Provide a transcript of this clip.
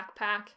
backpack